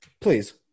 please